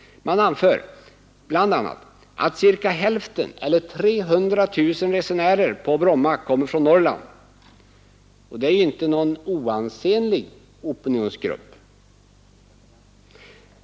Man anför bl.a. att cirka hälften, eller 300 000, av resenärerna på Bromma kommer från Norrland; och det är ju inte någon oansenlig opinionsgrupp.